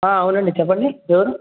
అవునండి చెప్పండి ఎవరు